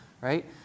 right